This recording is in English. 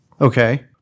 Okay